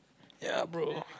ya bro